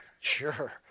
Sure